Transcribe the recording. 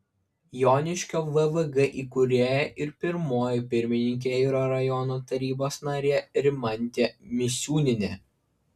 joniškio vvg įkūrėja ir pirmoji pirmininkė yra rajono tarybos narė rimantė misiūnienė